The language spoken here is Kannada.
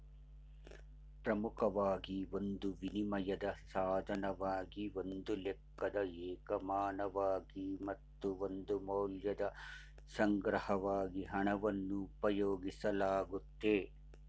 ಪ್ರಮುಖವಾಗಿ ಒಂದು ವಿನಿಮಯದ ಸಾಧನವಾಗಿ ಒಂದು ಲೆಕ್ಕದ ಏಕಮಾನವಾಗಿ ಮತ್ತು ಒಂದು ಮೌಲ್ಯದ ಸಂಗ್ರಹವಾಗಿ ಹಣವನ್ನು ಉಪಯೋಗಿಸಲಾಗುತ್ತೆ